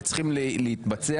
צריכים להתבצע